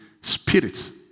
spirits